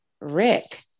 Rick